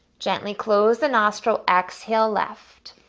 gently close the nostril, exhale left.